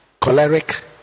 choleric